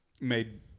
made